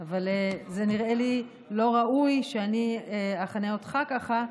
זה נראה לי לא ראוי שאני אכנה אותך ככה,